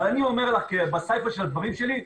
אבל אני אומר לך בסיפא של הדברים שלי,